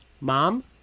mom